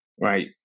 right